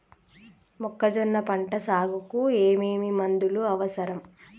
మొక్కజొన్న పంట సాగుకు ఏమేమి మందులు అవసరం?